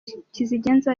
kizigenza